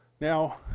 Now